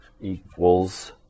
equals